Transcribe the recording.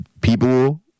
People